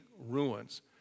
ruins